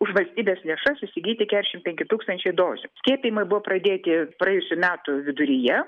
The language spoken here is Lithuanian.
už valstybės lėšas įsigyti kedešimt penki tūkstančiai dozių skiepijimai buvo pradėti praėjusių metų viduryje